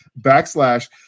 backslash